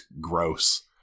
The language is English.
gross